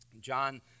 John